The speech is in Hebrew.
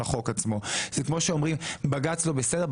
זה כמו שאומרים שבג"צ לא בסדר,